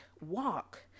walk